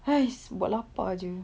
!hais! buat lapar jer